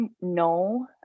no